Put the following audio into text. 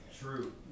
true